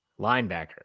Linebacker